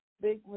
big